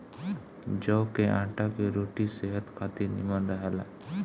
जव के आटा के रोटी सेहत खातिर निमन रहेला